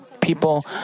people